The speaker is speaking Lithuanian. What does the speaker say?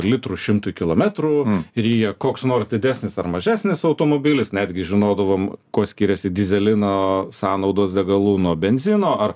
litrų šimtui kilometrų ryja koks nors didesnis ar mažesnis automobilis netgi žinodavom kuo skiriasi dyzelino sąnaudos degalų nuo benzino ar